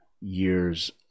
years